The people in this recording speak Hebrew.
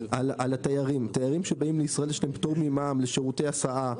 תיירים שבאים לישראל יש להם פטור ממע"מ לשירותי הסעדה,